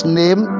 name